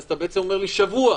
אז אתה אומר לי: שבוע,